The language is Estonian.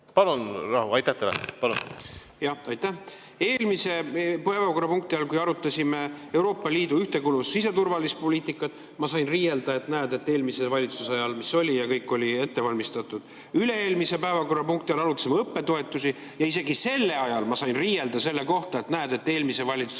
Palun rahu! Aitäh teile! Palun! Jah, aitäh! Eelmise päevakorrapunkti all, kui arutasime Euroopa Liidu ühtekuuluvus- ja siseturvalisuspoliitikat, ma sain riielda, et näed, et eelmise valitsuse ajal mis oli, kõik oli ette valmistatud. Üle-eelmise päevakorrapunkti all arutasime õppetoetusi ja isegi selle ajal ma sain riielda selle eest, et näed, kuidas eelmise valitsuse ajal